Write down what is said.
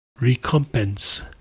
Recompense